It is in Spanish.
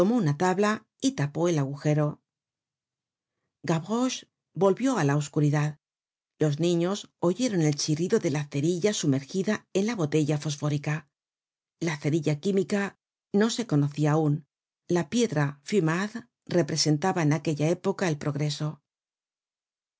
una tabla y tapó el agujero gavroche volvió á la oscuridad los niños oyeron el chirrido de la cerilla sumergida en la botella fosfórica ln cerilla química no se conocia aun la piedra fumade representaba en aquella época el progreso